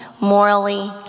morally